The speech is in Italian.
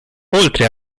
oltre